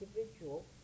individual